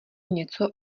něco